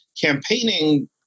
campaigning